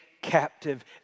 captive